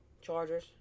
Chargers